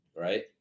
Right